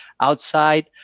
outside